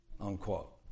Unquote